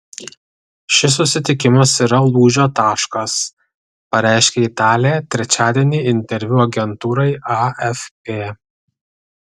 šis susitikimas yra lūžio taškas pareiškė italė trečiadienį interviu agentūrai afp